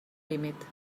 límit